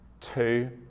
Two